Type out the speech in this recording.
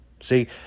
See